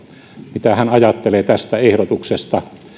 mitä hän ajattelee tästä ehdotuksesta